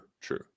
true